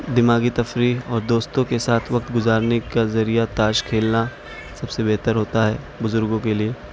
دماغی تفریح اور دوستوں کے ساتھ وقت گزارنے کا ذریعہ تاش کھیلنا سب سے بہتر ہوتا ہے بزرگوں کے لیے